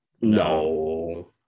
No